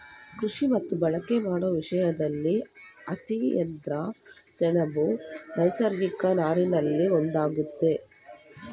ಕೃಷಿ ಮತ್ತು ಬಳಕೆ ಮಾಡೋ ವಿಷಯ್ದಲ್ಲಿ ಹತ್ತಿ ನಂತ್ರ ಸೆಣಬು ನೈಸರ್ಗಿಕ ನಾರಲ್ಲಿ ಒಂದಾಗಯ್ತೆ